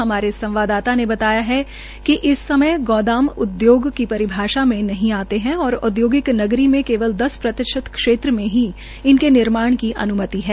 हमारे संवाददाता ने बताया कि इस समय गोदाम उद्योग की परिभाषा में नहीं आते है और औद्योगिक नगरी मे केवल दस प्रतिशत क्षेत्र में ही इनके निर्माण की अन्मति है